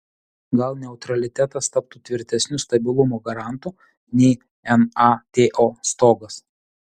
gal neutralitetas taptų tvirtesniu stabilumo garantu nei nato stogas